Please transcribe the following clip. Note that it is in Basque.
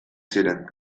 ziren